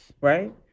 right